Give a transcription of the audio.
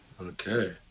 Okay